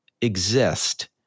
exist